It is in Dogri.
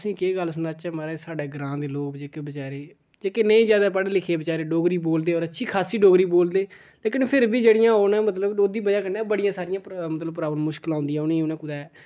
तुसेंगी केह् गल्ल सनाचै महाराज साढ़े ग्रांऽ दे लोक जेह्के बचारे जेह्के नेईं ज्यादा पढ़े लिखे बचारे डोगरी बोलदे होर अच्छी खासी डोगरी बोलदे लेकिन फिर बी जेह्ड़ियां उ'नें मतलब ओह्दी बजह् कन्नै बड़ियां सरियां मतलब प्राब्लम मुश्कलां औंदियां उ'नें कुतै